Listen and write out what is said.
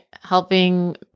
helping